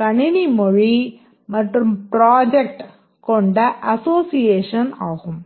கணினி மொழி மற்றும் ப்ராஜெக்ட் கொண்ட அசோசியேஷன் ஆகும்